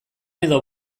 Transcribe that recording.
edo